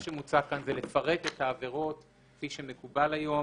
מה שמוצע כאן זה לפרט את העבירות כפי שמקובל היום